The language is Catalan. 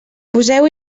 poseu